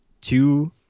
two